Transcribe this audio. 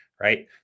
right